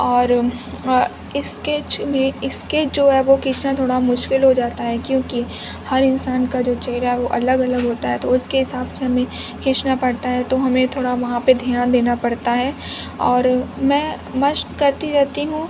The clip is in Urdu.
اور اسکیچ میں اسکیچ جو ہے وہ کھینچنا تھوڑا مشکل ہو جاتا ہے کیونکہ ہر انسان کا جو چہرہ ہے وہ الگ الگ ہوتا ہے تو اس کے حساب سے ہمیں کھینچنا پڑتا ہے تو ہمیں تھوڑا وہاں پہ دھیان دینا پڑتا ہے اور میں مشق کرتی رہتی ہوں